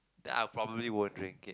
ya I probably won't drink it